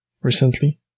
recently